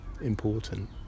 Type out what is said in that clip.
important